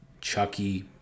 Chucky